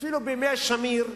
אפילו בימי שמיר,